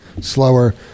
slower